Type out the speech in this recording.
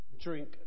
drink